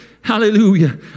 Hallelujah